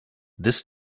this